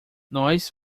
nós